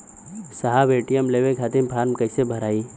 साहब ए.टी.एम लेवे खतीं फॉर्म कइसे भराई?